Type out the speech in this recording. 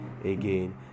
again